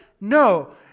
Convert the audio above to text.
no